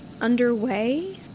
underway